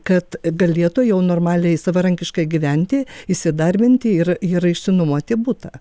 kad galėtų jau normaliai savarankiškai gyventi įsidarbinti ir ir išsinuomoti butą